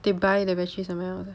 they buy the battery 什么样的